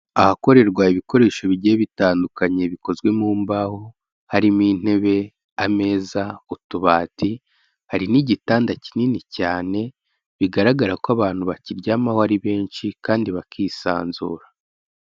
Ahakorerwa ibikoresho bigiye bitandukanye bikozwe mu mbaho, harimo: intebe, ameza, utubati, hari n'igitanda kinini cyane bigaragara ko abantu bakiryamaho ari benshi kandi bakisanzura.